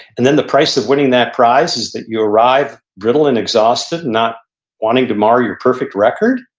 and then the price of winning that prize is that you arrive brittle and exhausted, not wanting to mar your perfect record?